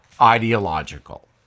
ideological